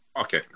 Okay